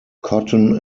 cotton